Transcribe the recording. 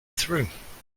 through